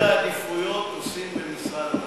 את סדר העדיפויות עושים במשרד התחבורה.